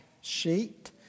sheet